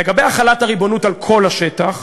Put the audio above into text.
לגבי החלת הריבונות על כל השטח,